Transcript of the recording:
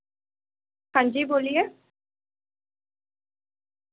ہاں جی بولیے